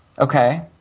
Okay